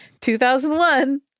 2001